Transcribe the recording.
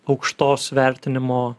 aukštos vertinimo